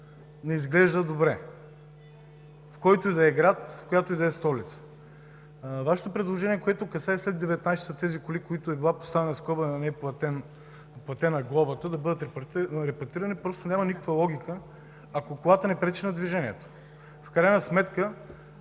не изглежда добре, в който и да е град, в която и да е столица. Вашето предложение, което касае колите, на които е била поставена скоба, но не е платена глобата до 19,00 ч., да бъдат репатрирани, просто няма никаква логика, ако колата не пречи на движението. В крайна сметка